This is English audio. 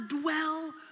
dwell